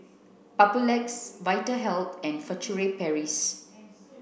Papulex Vitahealth and Furtere Paris